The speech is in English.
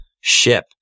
ship